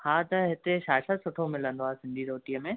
हा त हिते छा छा सुठो मिलंदो आहे सिन्धी रोटीअ में